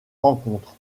rencontres